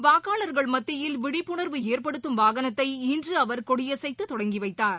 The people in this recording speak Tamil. வாக்காளர்கள் மத்தியில் விழிப்புணர்வு ஏற்படுத்தும் வாகனத்தை இன்று அவர் கொடியசைத்து தொடங்கி வைத்தார்